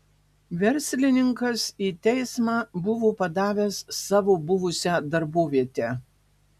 verslininkas į teismą buvo padavęs savo buvusią darbovietę